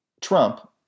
Trump